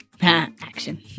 action